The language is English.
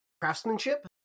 craftsmanship